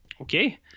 Okay